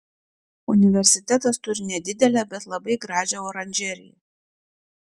universitetas turi nedidelę bet labai gražią oranžeriją